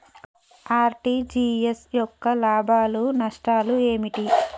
RTGS యొక్క లాభాలు నష్టాలు ఏమిటి?